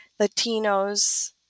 Latinos